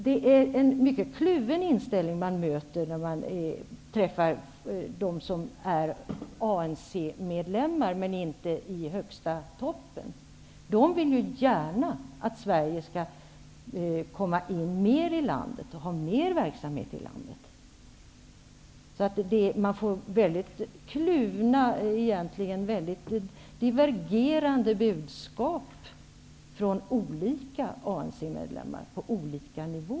Det är en mycket kluven inställning man möter bland dem som är ANC-medlemmar men inte sitter i den högsta toppen. De vill gärna att Sverige kommer in mer i landet och har mer verksamhet där. Man får egentligen väldigt divergerande budskap från olika ANC-medlemmar på olika nivå.